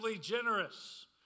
generous